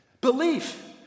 Belief